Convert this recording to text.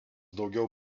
daugiau